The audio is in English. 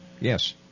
Yes